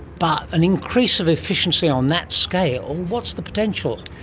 but an increase of efficiency on that scale, what's the potential?